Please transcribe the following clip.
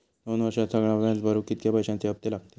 दोन वर्षात सगळा व्याज भरुक कितक्या पैश्यांचे हप्ते लागतले?